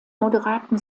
moderaten